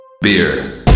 Beer